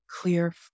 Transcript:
clear